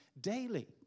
daily